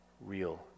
real